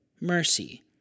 mercy